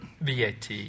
VAT